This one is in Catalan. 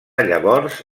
llavors